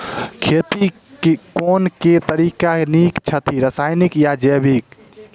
खेती केँ के तरीका नीक छथि, रासायनिक या जैविक?